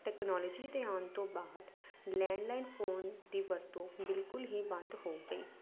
technology ਦੇ ਆਉਣ ਤੋਂ ਬਾਅਦ ਲੈਂਡਲਾਈਨ ਫੋਨ ਦੀ ਵਰਤੋਂ ਬਿਲਕੁਲ ਹੀ ਬੰਦ ਹੋ ਗਈ